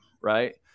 right